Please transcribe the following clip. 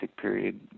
period